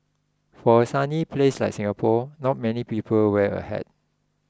for a sunny place like Singapore not many people wear a hat